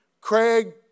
Craig